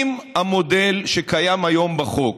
אם המודל שקיים היום בחוק,